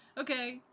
Okay